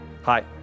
Hi